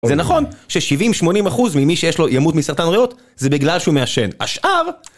זה נכון ש-70-80% ממי שיש לו... ימות מסרטן ריאות, זה בגלל שהוא מעשן. השאר...